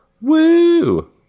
Woo